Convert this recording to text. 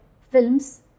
films